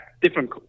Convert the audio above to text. different